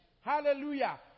Hallelujah